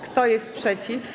Kto jest przeciw?